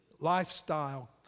lifestyle